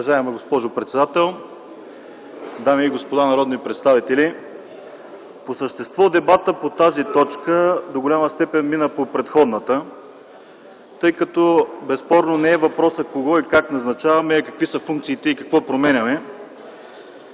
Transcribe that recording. Уважаема госпожо председател, дами и господа народни представители! По същество дебатът от тази точка до голяма степен мина по предходната, тъй като безспорно въпросът не е кого и как назначаваме, а какви са функциите и какво променяме.